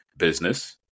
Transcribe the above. business